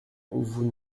vous